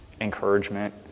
encouragement